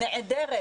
נעדרת.